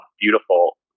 beautiful